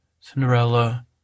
Cinderella